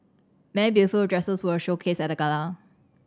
many beautiful dresses were showcased at the gala